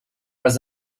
was